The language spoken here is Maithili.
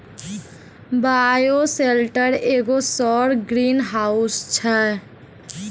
बायोसेल्टर एगो सौर ग्रीनहाउस छै